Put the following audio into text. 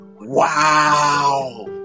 Wow